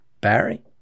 Barry